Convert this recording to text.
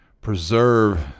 preserve